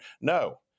No